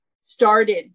started